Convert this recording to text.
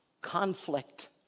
conflict